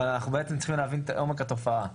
אבל אנחנו בעצם צריכים להבין את עומק התופעה.